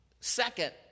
Second